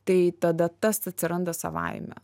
tai tada tas atsiranda savaime